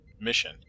mission